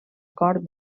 cort